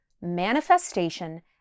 Manifestation